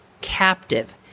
captive